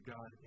God